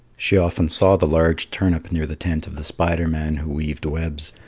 she often saw the large turnip near the tent of the spider man who weaved webs,